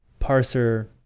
parser